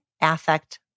affect